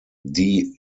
die